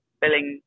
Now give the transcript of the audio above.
billing